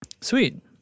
Sweet